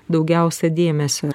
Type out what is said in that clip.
daugiausia dėmesio